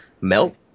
melt